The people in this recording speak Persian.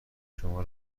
شما